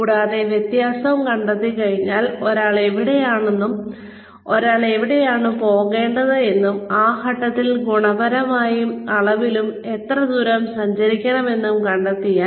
കൂടാതെ വ്യത്യാസം കണ്ടെത്തിക്കഴിഞ്ഞാൽ ഒരാൾ എവിടെയാണെന്നും ഒരാൾ എവിടെയാണ് പോകേണ്ടത് എന്നും ആ ഘട്ടത്തിൽ ഗുണപരമായും അളവിലും എത്ര ദൂരം സഞ്ചരിക്കണം എന്നും കണ്ടത്തിയാൽ